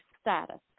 status